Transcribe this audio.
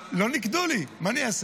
אז אמרתי, לא ניקדו לי, מה אני אעשה?